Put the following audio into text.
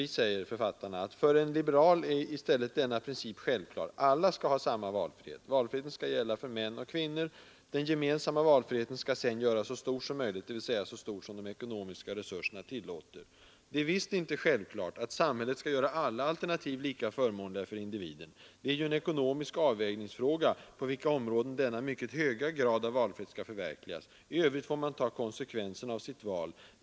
Vi säger bl.a.: ”För en liberal är i stället denna princip självklar: alla ska ha sam ma valfrihet. Valfriheten skall gälla för män och kvinnor. Den gemensamma valfriheten ska sedan göras så stor som möjligt, dvs. så stor som de ekonomiska resurserna tillåter. Det är visst inte självklart att samhället ska göra alla alternativ lika förmånliga för individen. Det är ju en ekonomisk avvägningsfråga på vilka områden denna mycket höga grad av valfrihet ska förverkligas. I övrigt får man ta konsekvenserna av sitt val.